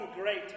great